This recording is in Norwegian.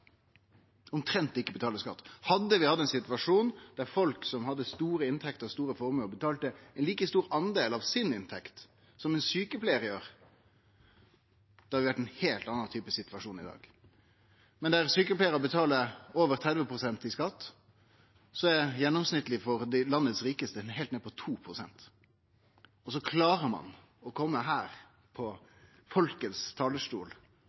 Hadde det vore ein situasjon der folk som hadde store inntekter og store formuar, betalte ein like stor del av inntekta si i skatt som ein sjukepleiar gjer, hadde vi hatt ein heilt annan situasjon i dag. Men mens sjukepleiarar betaler over 30 pst. i skatt, er gjennomsnittet for dei rikaste i landet heilt nede på 2 pst. Så klarer ein, frå talarstolen til folket, å